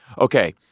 okay